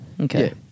Okay